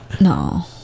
No